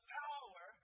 power